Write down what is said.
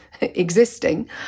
existing